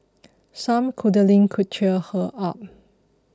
some cuddling could cheer her up